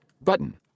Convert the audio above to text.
Button